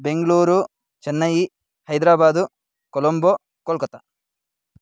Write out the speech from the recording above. Bengaluru Chennai Hyderabad Colombo Kolkata